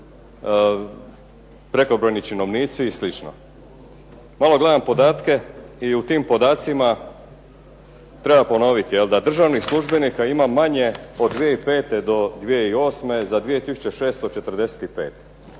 prekobrojni činovnici i slično. Malo gledam podatke i u tim podacima treba ponovit da državnih službenika ima manje od 2005. do 2008. za 2